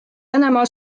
venemaa